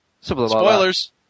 Spoilers